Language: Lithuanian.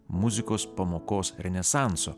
muzikos pamokos renesanso